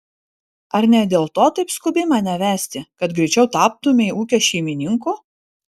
ar ne dėl to taip skubi mane vesti kad greičiau taptumei ūkio šeimininku